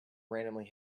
randomly